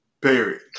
Period